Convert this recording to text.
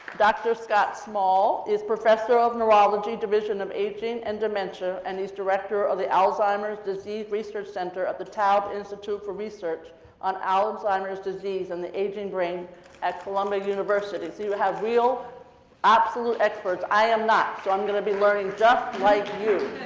dr. scott small is professor of neurology, division of aging and dementia, and he's director of the alzheimer's disease research center at the tao institute for research on alzheimer's disease and the aging brain at columbia university. so you have real absolute experts, i am not. so i'm gonna be learning just like you.